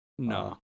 No